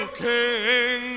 king